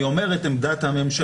אני אומר את עמדת הממשלה.